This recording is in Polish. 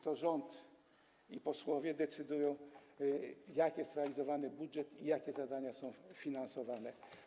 To rząd i posłowie decydują, jak jest realizowany budżet i jakie zadania są finansowane.